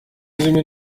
zimwe